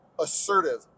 Assertive